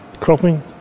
cropping